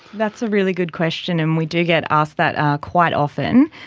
that's a really good question and we do get asked that quite often.